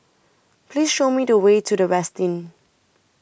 Please Show Me The Way to The Westin